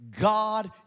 God